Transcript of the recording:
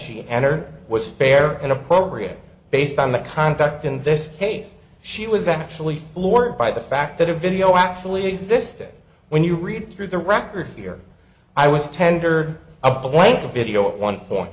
she and her was fair and appropriate based on the conduct in this case she was actually floored by the fact that a video actually existed when you read through the record here i was tendered a blanket video at one point